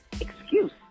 excuse